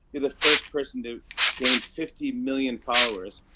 you're the first person to gain fifty million followers.